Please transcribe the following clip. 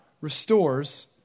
restores